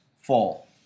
fall